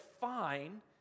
fine